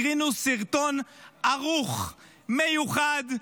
הקרינו סרטון ערוך, מיוחד,